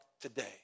today